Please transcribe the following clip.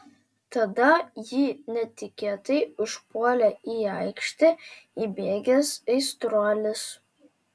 tada jį netikėtai užpuolė į aikštę įbėgęs aistruolis